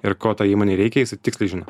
ir ko tai įmonei reikia jisai tiksliai žino